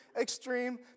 extreme